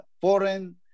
foreign